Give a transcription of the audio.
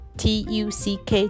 t-u-c-k